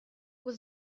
was